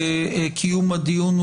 לקיום הדיון,